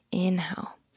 Inhale